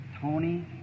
Tony